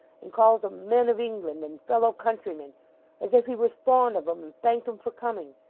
and calls em men of england, and fellow-countrymen, as if he was fond of em and thanked em for coming.